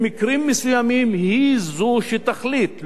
במקרים מסוימים הוא זה שיחליט,